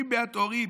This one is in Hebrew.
טמאים ביד טהורים,